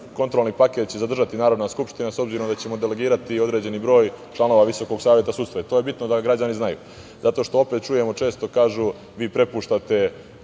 kontrolni paket će zadržati Narodna skupština, s obzirom da ćemo delegirati određeni broj članova Visokog saveta sudstva. To je bitno da građani znaju zato što opet čujemo često kažu – vi prepuštate